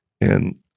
And-